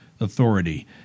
Authority